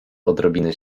odrobinę